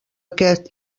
aquest